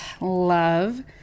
love